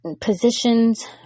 positions